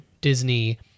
Disney